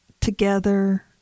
together